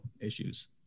issues